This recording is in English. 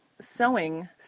sewing